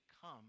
come